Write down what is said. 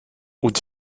und